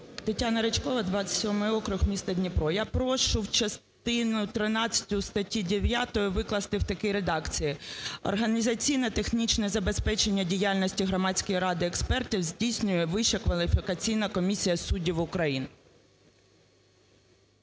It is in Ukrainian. Тетяна Ричкова, 27 округ місто Дніпро. Я прошу частину 13 статті 9 викласти в такій редакції: "Організаційно-технічне забезпечення діяльності Громадської ради експертів здійснює Вища кваліфікаційна комісія суддів України".